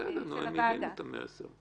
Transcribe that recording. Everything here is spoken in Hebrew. בסדר, הם הבינו את המסר.